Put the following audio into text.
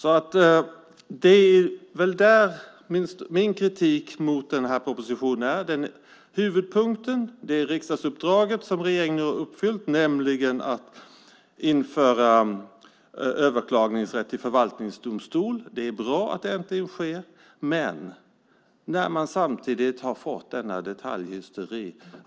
Regeringen har uppfyllt riksdagsuppdraget att införa överklagningsrätt i förvaltningsdomstol. Det är bra att det äntligen sker. Min kritik i denna proposition gäller att det samtidigt har blivit en detaljhysteri.